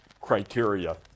criteria